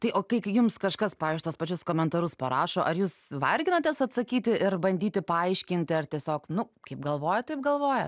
tai o kai jums kažkas pavyzdžiui tuos pačius komentarus parašo ar jūs varginatės atsakyti ir bandyti paaiškinti ar tiesiog nu kaip galvoja taip galvoja